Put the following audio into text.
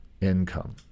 income